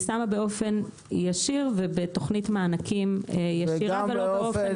היא שמה באופן ישיר ובתוכנית מענקים ישירה ולא באופן --- וגם